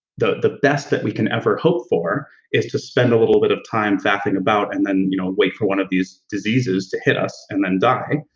the the best that we can ever hope for is to spend a little bit of time faffing about and then you know wait for one of these diseases to hit us and then die